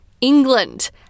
England